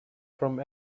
from